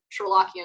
Sherlockian